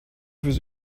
fürs